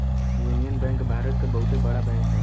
union Bank Bharat क बहुते बड़ा बैंक हौ